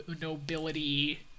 nobility